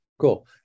Cool